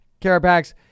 Carapax